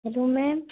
hello ma'am